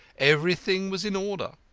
everything was in order.